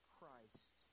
Christ